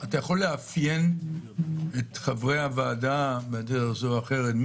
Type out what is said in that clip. יכול לאפיין את חברי הוועדה בדרך זו או אחרת?